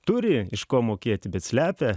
turi iš ko mokėti bet slepia